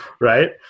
right